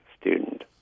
student